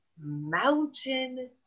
Mountain